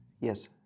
Yes